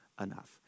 enough